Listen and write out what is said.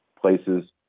places